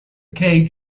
cage